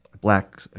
black